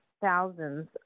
thousands